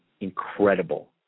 incredible